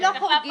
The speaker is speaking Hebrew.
הם לא חורגים.